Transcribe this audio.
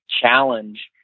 challenge